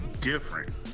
different